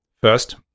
First